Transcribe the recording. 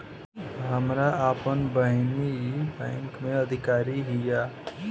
हमार आपन बहिनीई बैक में अधिकारी हिअ